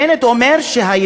בנט אומר שהייהוד